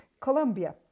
Colombia